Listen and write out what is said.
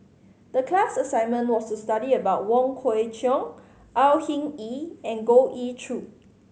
the class assignment was to study about Wong Kwei Cheong Au Hing Yee and Goh Ee Choo